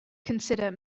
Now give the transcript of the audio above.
consider